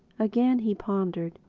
again he pondered.